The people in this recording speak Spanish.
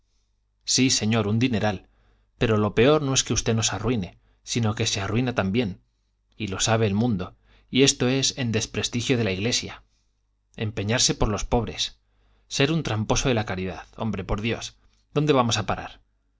sí señor un dineral pero lo peor no es que usted nos arruine sino que se arruina también y lo sabe el mundo y esto es en desprestigio de la iglesia empeñarse por los pobres ser un tramposo de la caridad hombre por dios dónde vamos a parar